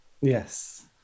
Yes